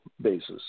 basis